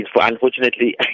unfortunately